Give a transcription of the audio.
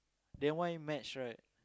then why match right